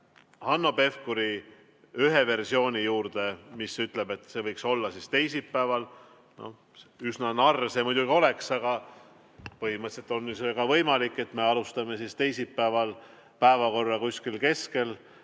Hanno Pevkuri ühe versiooni juurde, mis ütleb, et see võiks olla teisipäeval – no üsna narr see muidugi oleks, aga põhimõtteliselt on see ka võimalik, et me alustame teisipäeval kuskil päevakorra keskel